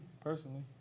personally